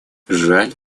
жаль